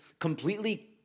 Completely